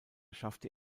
schaffte